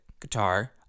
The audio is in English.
guitar